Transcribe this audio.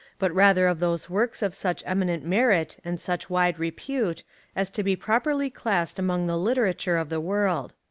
but rather of those works of such eminent merit and such wide repute as to be properly classed among the literature of the world.